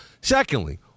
secondly